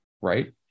right